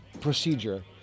procedure